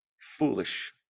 foolish